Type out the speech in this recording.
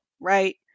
right